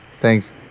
Thanks